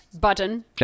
button